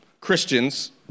Christians